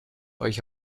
euch